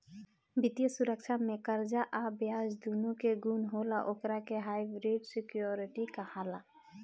वित्तीय सुरक्षा में कर्जा आ ब्याज दूनो के गुण होला ओकरा के हाइब्रिड सिक्योरिटी कहाला